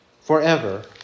forever